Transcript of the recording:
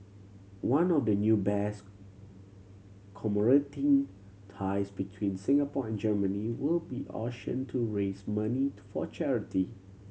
one of the new bears commemorating ties between Singapore and Germany will be auctioned to raise money for charity